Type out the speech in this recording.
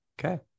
Okay